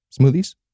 smoothies